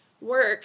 work